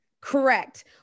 Correct